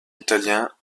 italien